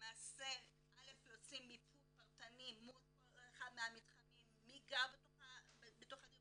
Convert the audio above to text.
שלמעשה הם עושים מיפוי פרטני מול כל אחד מהמתחמים מי גר בתוך הדירות,